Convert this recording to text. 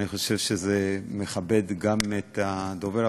אני חושב שזה מכבד גם את הדובר,